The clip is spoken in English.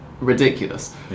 ridiculous